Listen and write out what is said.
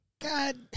God